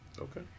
Okay